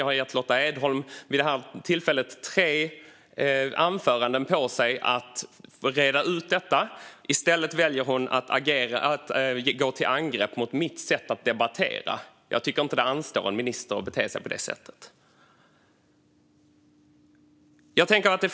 Jag har gett Lotta Edholm tre anföranden på sig vid det här tillfället att reda ut detta. I stället väljer hon att gå till angrepp mot mitt sätt att debattera. Jag tycker inte att det anstår en minister att bete sig på det sättet.